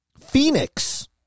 Phoenix